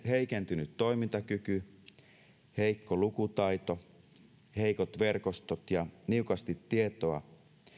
heikentynyt toimintakyky heikko lukutaito heikot verkostot ja niukasti tietoa